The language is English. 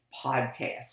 podcast